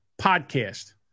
podcast